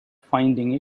finding